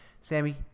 Sammy